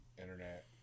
internet